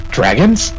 Dragons